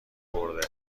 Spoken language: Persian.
برده